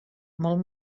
molt